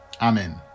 Amen